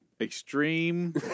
Extreme